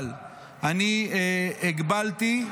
אבל אני הגבלתי,